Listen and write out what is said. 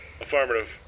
Affirmative